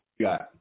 got